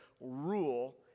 rule